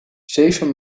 zeven